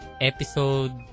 episode